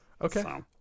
okay